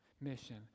Mission